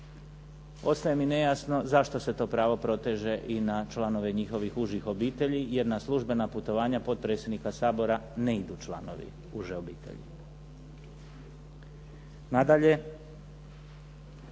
ostaje mi nejasno zašto se to pravo proteže i na članove njihovih užih obitelji jer na službena putovanja potpredsjednika Sabora ne idu članovi uže obitelji. Nadalje,